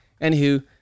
Anywho